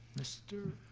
mister?